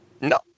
No